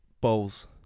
bowls